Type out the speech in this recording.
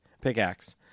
pickaxe